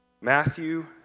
Matthew